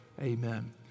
Amen